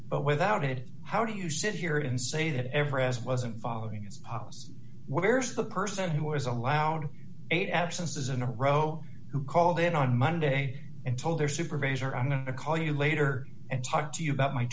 but without it how do you sit here and say that ever has wasn't following its policy where is the person who is allowed eight absences in a row who called in on monday and told their supervisor i'm going to call you later and talk to you about my